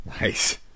nice